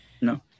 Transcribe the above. No